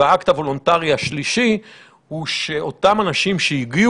והאקט הוולונטרי השלישי הוא שאותם אנשים שהגיעו